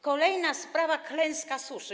Kolejna sprawa: klęska suszy.